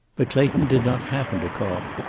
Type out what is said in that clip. but clayton did not happen to cough.